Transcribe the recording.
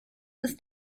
ist